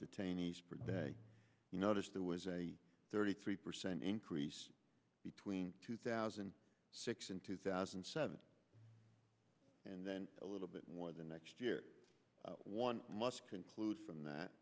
detainees per day you notice there was a thirty three percent increase between two thousand and six and two thousand and seven and then a little bit more the next year one must conclude from that